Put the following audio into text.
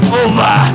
over